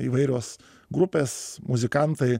įvairios grupės muzikantai